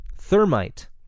thermite